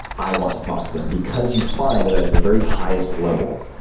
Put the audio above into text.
i want to talk to them because you find that at the very highest level,